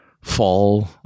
Fall